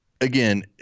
again